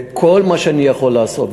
וכל מה שאני יכול לעשות,